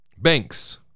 Banks